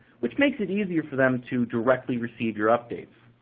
which makes it easier for them to directly receive your updates.